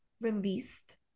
released